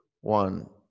one